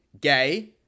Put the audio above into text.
gay